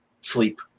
sleep